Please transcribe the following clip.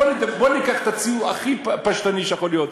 בוא ניקח את הציור הכי פשטני שיכול להיות: